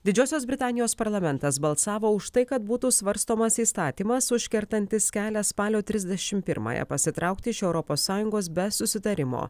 didžiosios britanijos parlamentas balsavo už tai kad būtų svarstomas įstatymas užkertantis kelią spalio trisdešimt pirmąją pasitraukti iš europos sąjungos be susitarimo